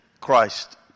Christ